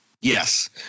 Yes